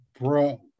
bro